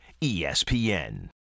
espn